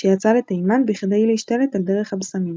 שיצא לתימן בכדי להשתלט על דרך הבשמים.